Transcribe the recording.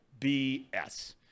BS